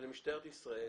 שלמשטרת ישראל